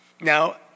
Now